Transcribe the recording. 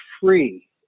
free